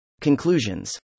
Conclusions